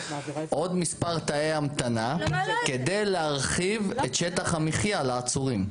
עוד מספר תאי המתנה כדי להרחיב את שטח המחיה לעצורים.